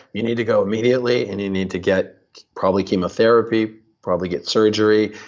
you need to go immediately, and you need to get probably chemotherapy, probably get surgery.